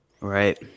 Right